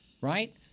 right